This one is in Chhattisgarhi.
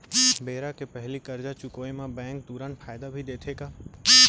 बेरा के पहिली करजा चुकोय म बैंक तुरंत फायदा भी देथे का?